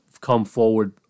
come-forward